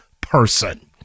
person